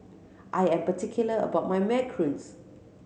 I am particular about my macarons